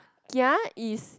gia is